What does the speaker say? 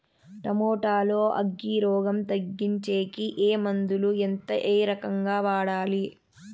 Tomato లో అగ్గి రోగం తగ్గించేకి ఏ మందులు? ఎంత? ఏ రకంగా వాడాలి?